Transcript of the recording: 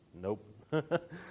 Nope